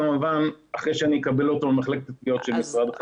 כמובן אחרי שאקבל אותו ממחלקת התביעות של משרד החקלאות.